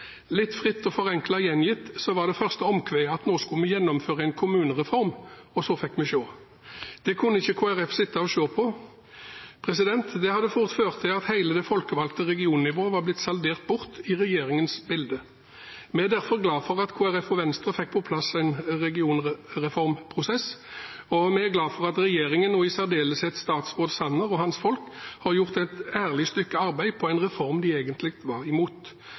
Litt fritt og forenklet gjengitt var det første omkvedet at nå skulle vi gjennomføre en kommunereform, og så fikk vi se. Det kunne ikke Kristelig Folkeparti sitte og se på, det hadde fort ført til at hele det folkevalgte regionnivået var blitt saldert bort i regjeringens bilde. Vi er derfor glade for at Kristelig Folkeparti og Venstre fikk på plass en regionreformprosess, og vi er glade for at regjeringen, og i særdeleshet statsråd Sanner og hans folk, har gjort et ærlig stykke arbeid med en reform de egentlig var imot,